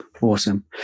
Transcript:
awesome